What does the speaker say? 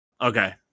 Okay